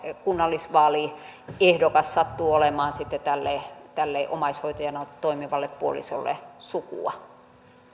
kunnallisvaaliehdokas sattuu olemaan sitten tälle tälle omaishoitajana toimivalle puolisolle sukua